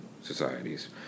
societies